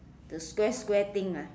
the square square thing ah